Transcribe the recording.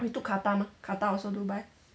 we took qatar mah qatar also dubai